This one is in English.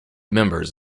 members